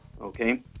Okay